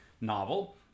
novel